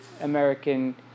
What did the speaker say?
American